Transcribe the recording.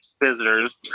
visitors